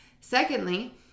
Secondly